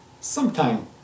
sometime